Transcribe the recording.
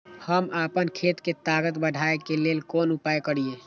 हम आपन खेत के ताकत बढ़ाय के लेल कोन उपाय करिए?